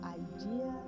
idea